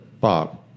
Bob